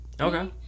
Okay